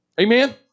Amen